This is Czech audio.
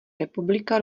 republika